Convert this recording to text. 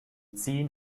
ziehen